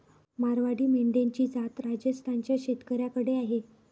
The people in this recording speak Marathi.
मारवाडी मेंढ्यांची जात राजस्थान च्या शेतकऱ्याकडे आहे